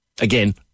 Again